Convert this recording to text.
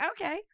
okay